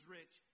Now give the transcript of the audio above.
rich